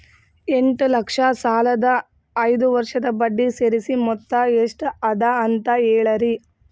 ಎಂಟ ಲಕ್ಷ ಸಾಲದ ಐದು ವರ್ಷದ ಬಡ್ಡಿ ಸೇರಿಸಿ ಮೊತ್ತ ಎಷ್ಟ ಅದ ಅಂತ ಹೇಳರಿ?